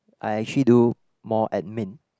I actually do more admin